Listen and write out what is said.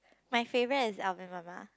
my favourite is Alvin mama